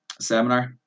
seminar